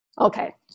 Okay